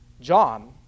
John